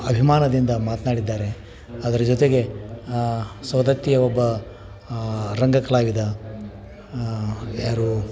ಅಭಿಮಾನದಿಂದ ಮಾತನಾಡಿದ್ದಾರೆ ಅದ್ರ ಜೊತೆಗೆ ಸವದತ್ತಿಯ ಒಬ್ಬ ರಂಗ ಕಲಾವಿದ ಯಾರು